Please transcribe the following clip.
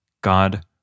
God